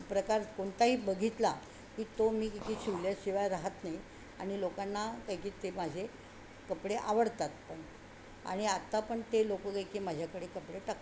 प्रकार कोणताही बघितला की तो मी काय की शिवल्याशिवाय राहत नाही आणि लोकांना काय की ते माझे कपडे आवडतात पण आणि आत्ता पण ते लोक काय की माझ्याकडे कपडे टाकतात